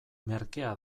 merkea